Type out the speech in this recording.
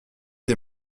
des